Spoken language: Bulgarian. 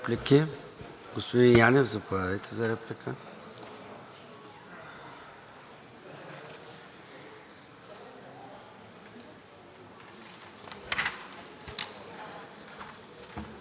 Благодаря Ви, господин Председател! Като реплика на изказването на госпожа Захариева.